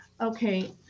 Okay